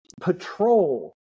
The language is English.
patrol